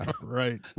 right